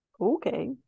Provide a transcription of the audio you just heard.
Okay